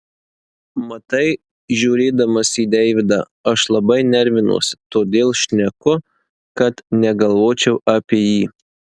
matai žiūrėdamas į deividą aš labai nervinuosi todėl šneku kad negalvočiau apie jį